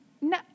no